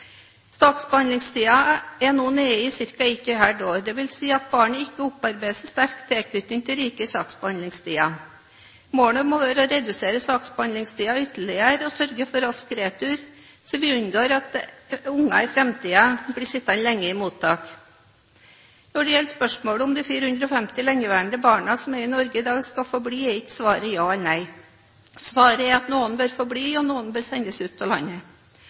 er nå nede i ca. ett og et halvt år, dvs. at barnet ikke opparbeider seg sterk tilknytning til riket i saksbehandlingstiden. Målet må være å redusere saksbehandlingstiden ytterligere og sørge for rask retur, slik at vi unngår at unger i framtiden blir sittende lenge i mottak. Når det gjelder spørsmålet om de 450 lengeværende barna som er i Norge i dag, skal få bli, er ikke svaret ja eller nei. Svaret er at noen bør få bli og noen bør sendes ut av landet.